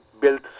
built